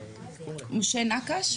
משה נקש,